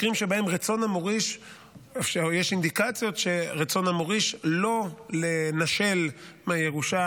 מקרים שבהם יש אינדיקציות שרצון המוריש הוא לא לנשל מהירושה